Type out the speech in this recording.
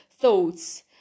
thoughts